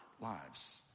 Lives